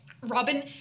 Robin